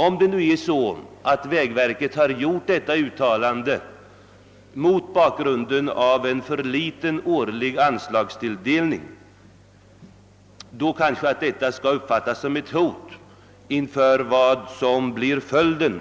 Om vägverket har gjort detta uttalande mot bakgrunden av en för liten årlig anslagstilldelning, kanske det bör uppfattas som ett hot inför vad som blir följden